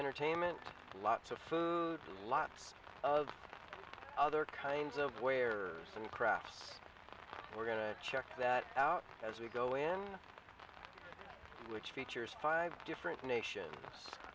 entertainment lots of food lots of other kinds of where some crafts we're going to check that out as we go in which features five different nations